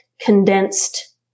condensed